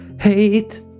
Hate